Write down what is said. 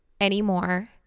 anymore